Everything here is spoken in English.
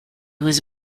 was